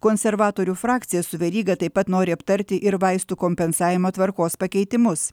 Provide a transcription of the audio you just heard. konservatorių frakcija su veryga taip pat nori aptarti ir vaistų kompensavimo tvarkos pakeitimus